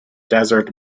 desert